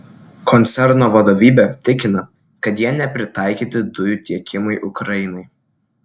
koncerno vadovybė tikina kad jie nepritaikyti dujų tiekimui ukrainai